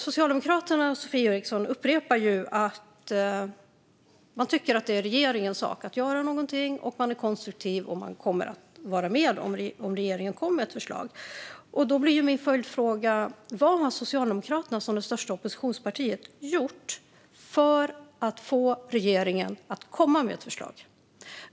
Socialdemokraternas Sofie Eriksson upprepar att man tycker att det är regeringens sak att göra någonting och att man är konstruktiv och kommer att vara med om regeringen kommer med ett förslag. Då blir min följdfråga: Vad har Socialdemokraterna som största oppositionsparti gjort för att få regeringen att komma med ett förslag?